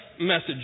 message